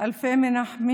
אלפי מנחמים